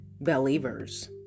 Believers